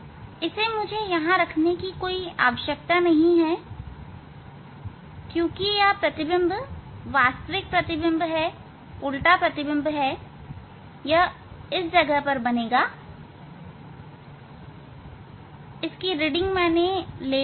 इसे मुझे यहां रखने की आवश्यकता नहीं है क्योंकि यह प्रतिबिंब वास्तविक प्रतिबिंब है उल्टा प्रतिबिंब है यह इस जगह पर बनेगा रीडिंग मैंने ले लिए हैं